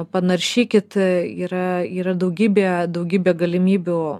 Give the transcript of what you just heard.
panaršykit yra yra daugybė daugybė galimybių